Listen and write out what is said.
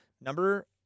number